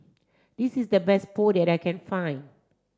this is the best Pho that I can find